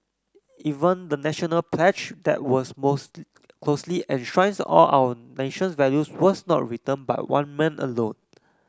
even the National pledge that was most closely enshrines all our nation's values was not written by one man alone